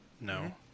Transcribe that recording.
No